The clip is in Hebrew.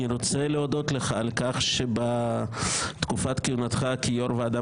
אני רוצה להודות לך על-כך שבתקופת כהונתך כיו"ר ועדה